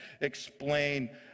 explain